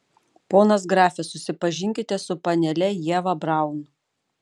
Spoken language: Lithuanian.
ponas grafe susipažinkite su panele ieva braun